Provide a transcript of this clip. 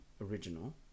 original